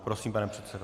Prosím, pane předsedo.